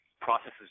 processes